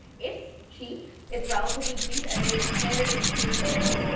it's cheap. it's relatively cheap, and they've expanded into foods now.